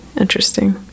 interesting